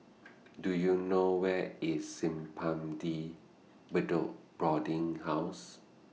Do YOU know Where IS Simpang De Bedok Boarding House